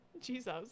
Jesus